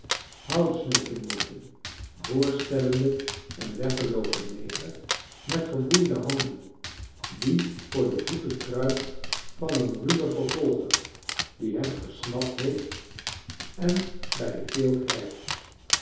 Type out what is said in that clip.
houtsnee vignetten voorstellende een weggeloopen neger met geboeide handen die voor de voeten kruipt van een ruwen vervolger die hem gesnapt heeft en bij de keel grijpt